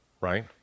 right